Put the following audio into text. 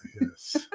Yes